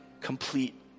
complete